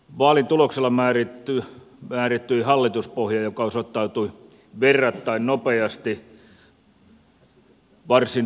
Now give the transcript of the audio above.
vaalituloksella määrittyi hallituspohja joka osoittautui verrattain nopeasti varsin toimintakyvyttömäksi